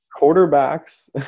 quarterbacks